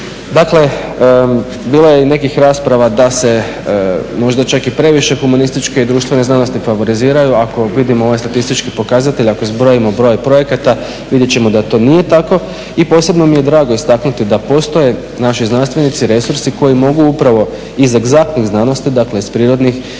Dakle, bilo je i nekih rasprava da se možda čak i previše humanističke i društvene znanosti favoriziraju. Ako vidimo ove statističke pokazatelje, ako zbrojimo broj projekata vidjeti ćemo da to nije tako. I posebno mi je drago istaknuti da postoje naši znanstvenici, resursi koji mogu upravo iz egzaktnih znanosti, dakle iz prirodnih